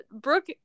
Brooke